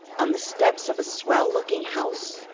on the steps of a swell-looking house?